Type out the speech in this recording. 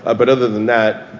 ah but other than that,